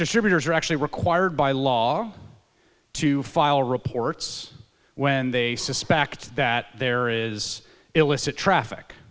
distributors are actually required by law to file reports when they suspect that there is illicit